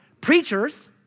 Preachers